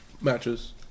matches